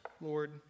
Lord